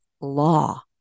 Law